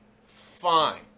Fine